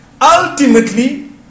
ultimately